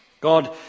God